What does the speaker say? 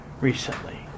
recently